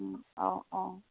अ अ